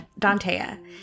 Dantea